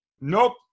Nope